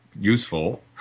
useful